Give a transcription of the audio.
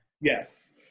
yes